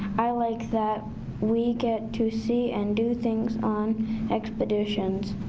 i like that we get to see and do things on expeditions.